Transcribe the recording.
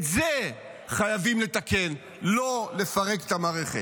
את זה חייבים לתקן, לא לפרק את המערכת.